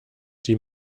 die